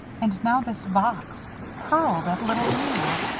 and now this box hurled at little you.